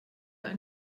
ein